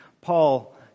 Paul